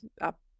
up